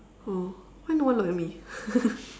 oh why no one look at me